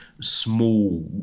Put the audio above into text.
small